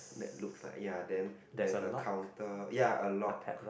that looks like ya then there's a counter ya a lock